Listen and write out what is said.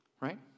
Right